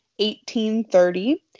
1830